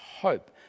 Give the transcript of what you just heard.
hope